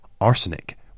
arsenic